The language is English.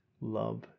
love